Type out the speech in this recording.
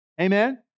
Amen